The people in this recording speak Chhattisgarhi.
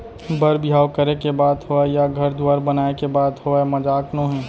बर बिहाव करे के बात होवय या घर दुवार बनाए के बात होवय मजाक नोहे